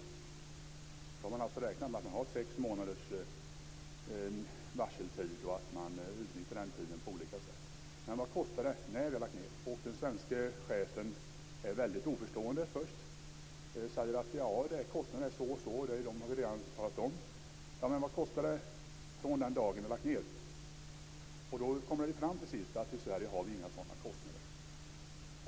Då har man alltså räknat med att man har sex månaders varseltid och att man utnyttjar den tiden på olika sätt. Den svenske chefen är då väldigt oförstående först och säger: Ja, kostnaden är si och så, det har vi redan talat om. Ja, men vad kostar det från den dagen då vi har lagt ned? blir frågan. Och då kommer det ju till sist fram att i Sverige har vi inga sådana kostnader.